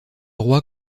roi